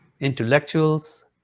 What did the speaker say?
intellectuals